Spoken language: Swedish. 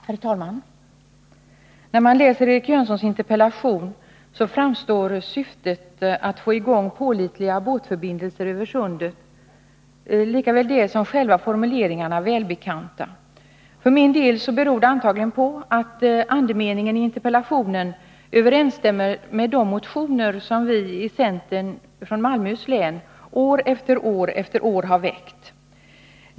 Herr talman! För den som läser Eric Jönssons interpellation framstår såväl syftet att få i gång pålitliga båtförbindelser över sundet som själva formuleringarna välbekanta. För min del beror det antagligen på att andemeningen i interpellationen överensstämmer med de motioner som centern i Malmöhus län år efter år har väckt.